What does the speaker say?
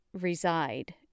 reside